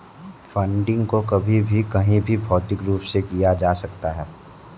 funding को कभी भी कहीं भी भौतिक रूप से किया जा सकता है